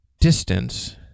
Distance